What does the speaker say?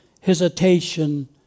hesitation